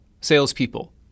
salespeople